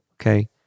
Okay